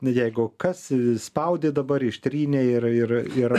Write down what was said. jeigu kas spaudi dabar ištrynei ir ir ir